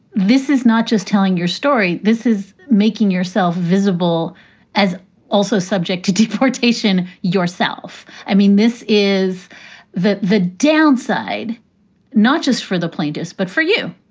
this is not just telling your story. this is making yourself visible as also subject to deportation yourself. i mean, this is the the downside not just for the plaintiffs, but for you.